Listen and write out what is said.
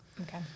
Okay